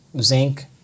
zinc